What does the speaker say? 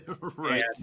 right